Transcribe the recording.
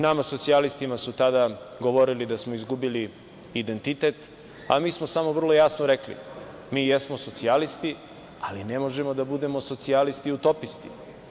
Nama socijalistima su tada govorili da smo izgubili identitet, a mi smo samo vrlo jasno rekli - mi jesmo socijalisti, ali ne možemo da budemo socijalisti utopisti.